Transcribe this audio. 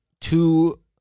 two